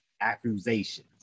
accusations